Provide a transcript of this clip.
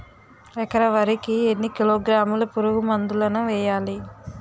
ఎకర వరి కి ఎన్ని కిలోగ్రాముల పురుగు మందులను వేయాలి?